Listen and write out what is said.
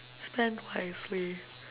spend wisely